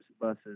buses